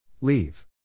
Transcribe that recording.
Leave